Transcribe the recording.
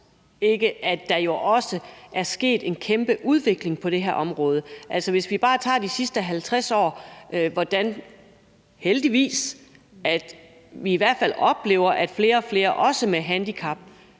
ikke, at der jo også er sket en kæmpe udvikling på det her område, hvis vi bare tager de sidste 50 år, hvor vi heldigvis oplever, at flere og flere også med handicap